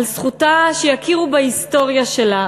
על זכותה שיכירו בהיסטוריה שלה,